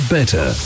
Better